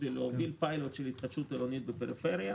כדי להוביל פיילוט של התחדשות עירונית בפריפריה.